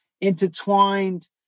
intertwined